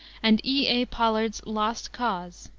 and e. a. pollard's lost cause.